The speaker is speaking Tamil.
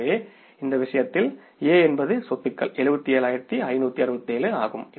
எனவே இந்த விஷயத்தில் A என்பது சொத்துக்கள் 77567 ஆகும்